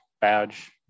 badge